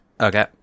Okay